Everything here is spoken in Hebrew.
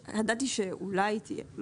ידעתי שאולי תהיה.